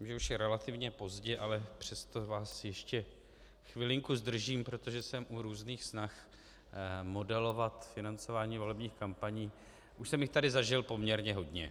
vím, že je už relativně pozdě, ale přesto vás ještě chvilinku zdržím, protože jsem u různých snah modelovat financování volebních kampaní, už jsem jich tady zažil poměrně hodně.